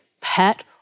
pet